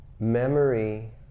Memory